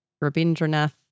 Rabindranath